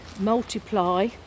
multiply